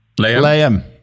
Liam